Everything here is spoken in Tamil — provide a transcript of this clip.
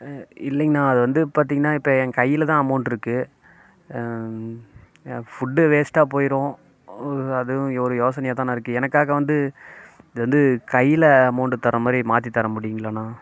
ஆ இல்லைங்கண்ணா அது வந்து பார்த்திங்கன்னா இப்போ என் கையில்தான் அமௌண்ட்ருக்கு ஃபுட்டு வேஸ்ட்டாக போயிடும் ஒரு அதுவும் ஒரு யோசனையாகதாண்ணா இருக்குது எனக்காக வந்து இது வந்து கையில் அமௌண்டு தர மாதிரி மாற்றி தர முடியுங்களாண்ணா